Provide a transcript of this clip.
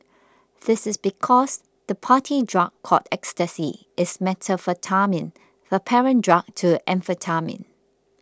this is because the party drug called Ecstasy is methamphetamine the parent drug to amphetamine